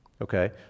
Okay